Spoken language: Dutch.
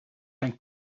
zijn